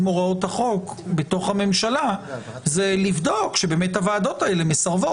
הוראות החוק בתוך הממשלה זה לבדוק שבאמת הוועדות האלה מסרבות.